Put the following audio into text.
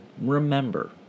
remember